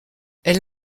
elle